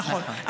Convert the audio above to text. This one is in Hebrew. נכון.